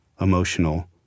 emotional